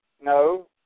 no